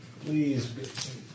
Please